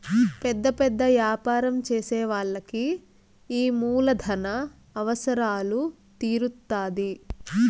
పెద్ద పెద్ద యాపారం చేసే వాళ్ళకి ఈ మూలధన అవసరాలు తీరుత్తాధి